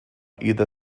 either